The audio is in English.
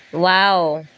wow